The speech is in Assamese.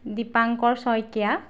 দীপাংকৰ শইকীয়া